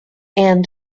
and